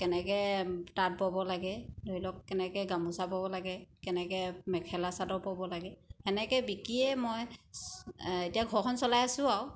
কেনেকৈ তাঁত ব'ব লাগে ধৰি লওক কেনেকৈ গামোচা ব'ব লাগে কেনেকৈ মেখেলা চাদৰ ব'ব লাগে সেনেকৈ বিকিয়ে মই এতিয়া ঘৰখন চলাই আছোঁ আৰু